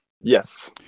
Yes